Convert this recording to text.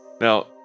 Now